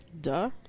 Duh